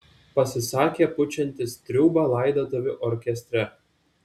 pasisakė pučiantis triūbą laidotuvių orkestre